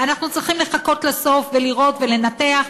אנחנו צריכים לחכות לסוף ולראות ולנתח,